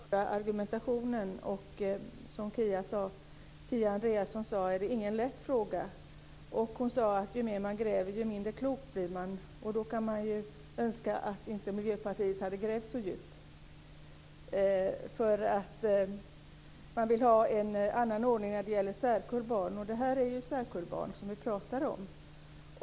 Fru talman! Det var intressant att höra den här argumentationen. Som Kia Andreasson sade är detta inte någon lätt fråga. Hon sade också att ju mer man gräver, desto mindre klok blir man. Jag kunde då önska att Miljöpartiet inte hade grävt så djupt. Man vill ha en ändrad ordning när det gäller särkullbarn, och det var ju särkullbarn som vi pratade om.